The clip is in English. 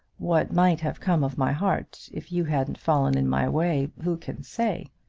what might have come of my heart if you hadn't fallen in my way, who can say?